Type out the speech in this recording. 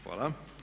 Hvala.